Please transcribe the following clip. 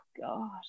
god